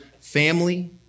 family